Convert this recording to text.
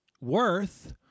worth